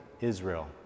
Israel